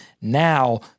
now